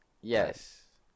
Yes